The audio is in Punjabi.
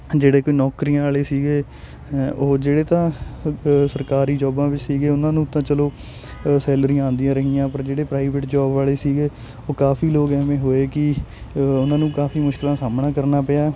ਜਿਹੜੇ ਕੋਈ ਨੌਕਰੀਆਂ ਵਾਲੇ ਸੀਗੇ ਉਹ ਜਿਹੜੇ ਤਾਂ ਸਰਕਾਰੀ ਜੋਬਾਂ ਵਿੱਚ ਸੀਗੇ ਉਹਨਾਂ ਨੂੰ ਤਾਂ ਚਲੋ ਸੈਲਰੀਆਂ ਆਉਂਦੀਆਂ ਰਹੀਆਂ ਪਰ ਜਿਹੜੇ ਪ੍ਰਾਈਵੇਟ ਜੋਬ ਵਾਲੇ ਸੀਗੇ ਉਹ ਕਾਫ਼ੀ ਲੋਕ ਐਵੇਂ ਹੋਏ ਕਿ ਉਹਨਾਂ ਨੂੰ ਕਾਫ਼ੀ ਮੁਸ਼ਕਿਲਾਂ ਸਾਹਮਣਾ ਕਰਨਾ ਪਿਆ